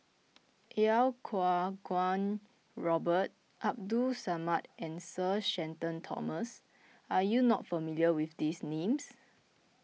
Iau Kuo Kwong Robert Abdul Samad and Sir Shenton Thomas are you not familiar with these names